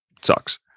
sucks